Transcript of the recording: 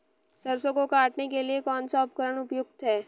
सरसों को काटने के लिये कौन सा उपकरण उपयुक्त है?